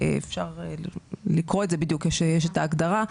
אפשר לקרוא את זה בדיוק, יש את ההגדרה.